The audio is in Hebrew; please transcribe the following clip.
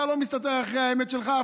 אתה לא מסתתר אחרי האמת שלך,